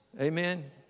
Amen